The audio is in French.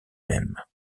mêmes